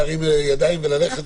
להרים ידיים וללכת,